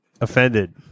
offended